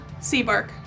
Seabark